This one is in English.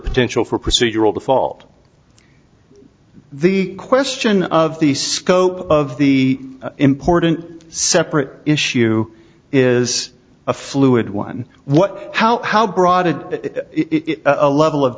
potential for procedural default the question of the scope of the important separate issue is a fluid one what how how broad a level of